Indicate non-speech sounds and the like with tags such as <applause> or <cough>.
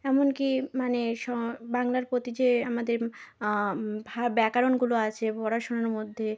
এমনকি মানে <unintelligible> বাংলার প্রতি যে আমাদের <unintelligible> ব্যাকরণগুলো আছে পড়াশুনোর মধ্যে